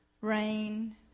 rain